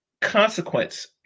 consequence